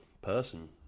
person